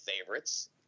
favorites